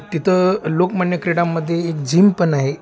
तिथं लोकमान्य क्रीडामध्ये एक जिम पण आहे